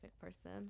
person